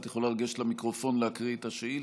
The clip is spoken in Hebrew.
את יכולה לגשת למיקרופון ולהקריא את השאילתה,